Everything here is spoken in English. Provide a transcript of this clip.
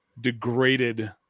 degraded